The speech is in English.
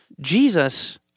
Jesus